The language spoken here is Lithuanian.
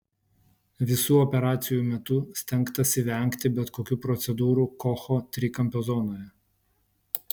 visų operacijų metu stengtasi vengti bet kokių procedūrų kocho trikampio zonoje